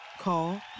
Call